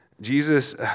Jesus